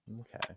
okay